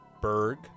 Berg